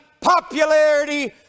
popularity